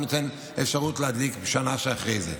אפשרות להדליק בשנה שאחרי זה.